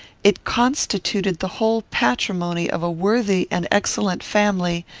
it constituted the whole patrimony of a worthy and excellent family,